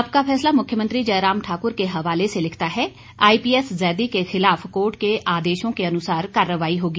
आपका फैसला मुख्यमंत्री जयराम ठाकुर के हवाले से लिखता है आईपीएस जैदी के खिलाफ कोर्ट के आदेशों के अनुसार कार्रवाई होगी